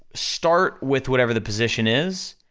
start with whatever the position is,